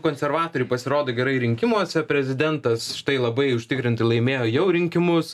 konservatoriai pasirodo gerai rinkimuose prezidentas štai labai užtikrintai laimėjo jau rinkimus